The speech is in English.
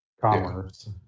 commerce